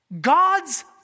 God's